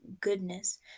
goodness